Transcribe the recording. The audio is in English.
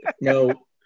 no